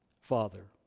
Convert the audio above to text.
Father